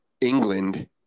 England